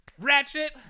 Ratchet